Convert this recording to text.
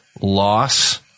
loss